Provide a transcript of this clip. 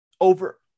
Over